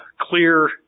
clear